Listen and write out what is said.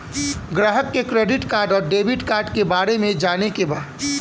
ग्राहक के credit card और डेविड कार्ड के बारे में जाने के बा?